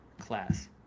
class